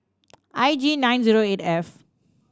I G nine zero eight F